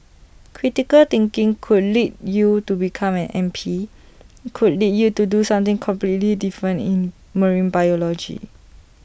critical thinking could lead you to become an M P could lead you to do something completely different in marine biology